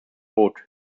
rot